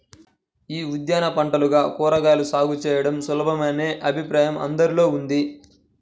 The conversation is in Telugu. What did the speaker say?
యీ ఉద్యాన పంటలుగా కూరగాయల సాగు చేయడం సులభమనే అభిప్రాయం అందరిలో ఉంది